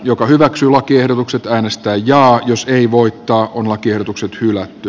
joka hyväksyy lakiehdotukset äänestää jaa jos ei voittaa on lakiehdotukset hylätty